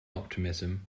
optimism